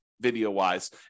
video-wise